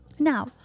Now